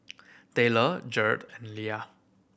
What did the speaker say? Tayler Gearld and Leah